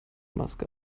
maske